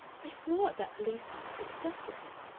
i swore at that policeman and disgusted him.